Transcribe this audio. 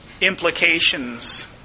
implications